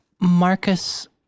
Marcus